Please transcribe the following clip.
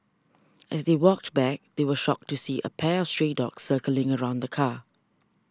as they walked back they were shocked to see a pack of stray dogs circling around the car